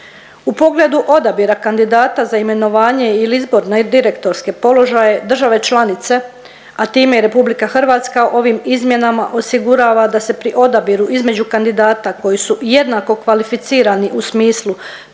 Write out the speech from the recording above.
U pogledu odabira kandidata za imenovanje ili izbor na direktorske položaje države članice, a time i RH ovim izmjenama osigurava da se pri odabiru između kandidata koji su jednako kvalificirani u smislu